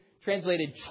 translated